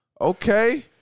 Okay